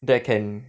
that can